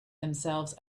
themselves